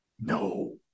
No